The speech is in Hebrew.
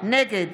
נגד